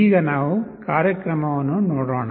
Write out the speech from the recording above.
ಈಗ ನಾವು ಕಾರ್ಯಕ್ರಮವನ್ನು ನೋಡೋಣ